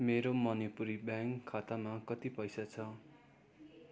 मेरो मणिपुरी ब्याङ्क खातामा कति पैसा छ